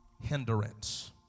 hindrance